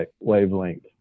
Wavelength